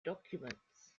documents